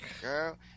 girl